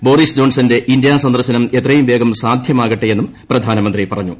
Boris ജോൺസന്റെ India സന്ദർശനം എത്രയും വേഗം സാധൃമാകട്ടെയെന്നും പ്രധാനമന്ത്രി പറഞ്ഞു